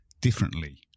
Differently